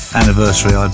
anniversary